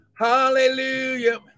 Hallelujah